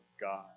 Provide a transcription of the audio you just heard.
God